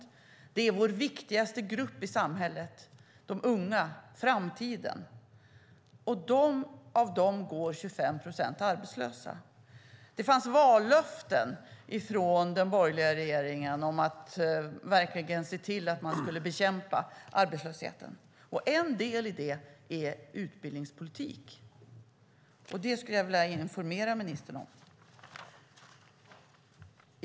De unga är vår viktigaste grupp i samhället. De är framtiden. Av dem går 25 procent arbetslösa. Det fanns vallöften från den borgerliga regeringen om att man skulle bekämpa arbetslösheten. En del av det är utbildningspolitik. Det skulle jag vilja informera ministern om.